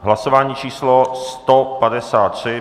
Hlasování číslo 153.